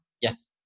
Yes